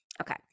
Okay